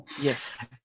Yes